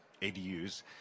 ADUs